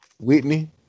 Whitney